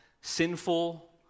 sinful